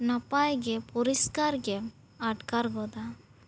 ᱱᱟᱯᱟᱭᱜᱮᱢ ᱯᱚᱨᱤᱥᱠᱟᱨᱜᱮᱢ ᱟᱴᱠᱟᱨ ᱜᱚᱫᱟ